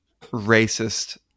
racist